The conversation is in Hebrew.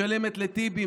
משלמת לטיבי,